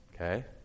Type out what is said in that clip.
Okay